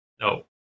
No